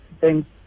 Thanks